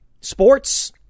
sports